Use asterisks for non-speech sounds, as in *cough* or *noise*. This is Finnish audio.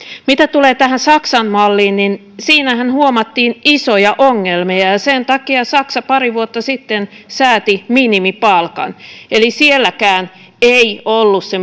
mitä tulee tähän saksan malliin niin siinähän huomattiin isoja ongelmia ja ja sen takia saksa pari vuotta sitten sääti minimipalkan eli sielläkään ei ollut toimiva se *unintelligible*